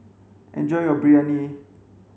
enjoy your Biryani